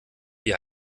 wie